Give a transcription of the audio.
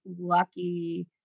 lucky